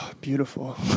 beautiful